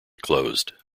closed